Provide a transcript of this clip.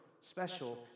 special